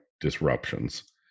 disruptions